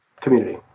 community